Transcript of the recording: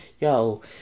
Yo